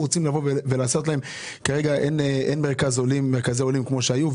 כרגע אין מרכזי עולים כמו שהיו,